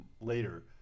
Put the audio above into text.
later